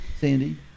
Sandy